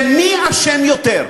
זה מי אשם יותר.